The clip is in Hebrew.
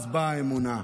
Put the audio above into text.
אז באה האמונה.